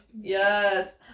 Yes